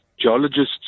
geologists